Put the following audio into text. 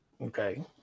Okay